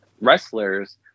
wrestlers